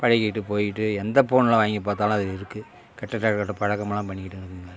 பழகிட்டு போயிட்டு எந்த ஃபோனில் வாங்கி பார்த்தாலும் அது இருக்குது கெட்ட கெட்ட பழக்கமெல்லாம் பண்ணிக்கிட்டு இருக்குங்க